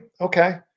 okay